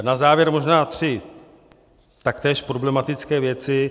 Na závěr možná tři taktéž problematické věci.